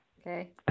Okay